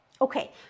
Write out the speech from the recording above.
Okay